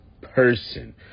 person